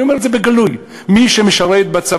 אני אומר את זה בגלוי: מי שמשרת בצבא,